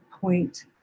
point